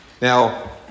Now